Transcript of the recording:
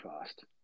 fast